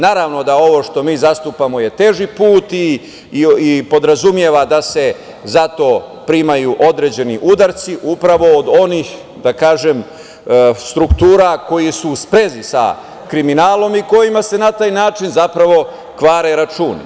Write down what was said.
Naravno da ovo što mi zastupamo je teži put i podrazumeva da se za to primaju određeni udarci upravo od onih struktura koji su u sprezi sa kriminalnom i kojima se na taj način zapravo kvare računi.